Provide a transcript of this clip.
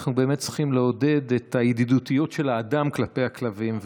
אנחנו באמת צריכים לעודד את הידידותיות של האדם כלפי הכלבים.